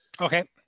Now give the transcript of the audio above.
Okay